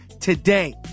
today